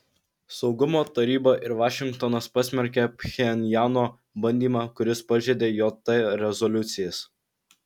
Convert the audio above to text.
saugumo taryba ir vašingtonas pasmerkė pchenjano bandymą kuris pažeidė jt rezoliucijas